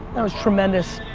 that was tremendous.